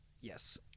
Yes